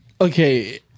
okay